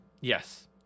Yes